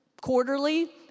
quarterly